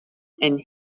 and